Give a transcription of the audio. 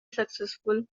successful